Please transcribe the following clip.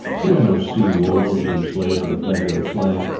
we are no sea-wolves who slay for the pleasure of slaying,